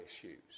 issues